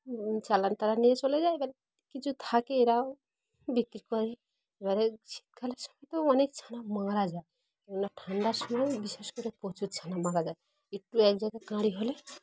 চালান তালা নিয়ে চলে যায় এবার কিছু থাকে এরাও বিক্রি করে এবারে শীতকালের সময় তো অনেক ছানা মারা যায় কেননা ঠান্ডার সময় বিশেষ করে প্রচুর ছানা মারা যায় একটু এক জায়গায় কাঁড়ি হলে